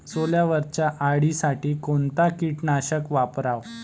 सोल्यावरच्या अळीसाठी कोनतं कीटकनाशक वापराव?